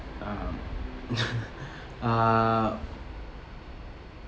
um uh